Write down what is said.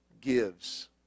gives